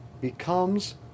becomes